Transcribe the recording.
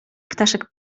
ptaszek